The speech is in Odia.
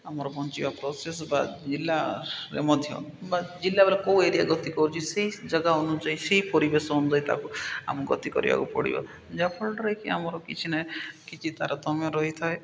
ଆମର ବଞ୍ଚିବା ପ୍ରସେସ୍ ବା ଜିଲ୍ଲାରେ ମଧ୍ୟ ବା ଜିଲ୍ଲାରେ କେଉଁ ଏରିଆ ଗତି କରୁଛି ସେଇ ଜାଗା ଅନୁଯାୟୀ ସେଇ ପରିବେଶ ଅନୁଯାୟୀ ତାକୁ ଆମକୁ ଗତି କରିବାକୁ ପଡ଼ିବ ଯାହାଫଳରେ କି ଆମର କିଛି ନାହିଁ କିଛି ତାରତମ୍ୟ ରହିଥାଏ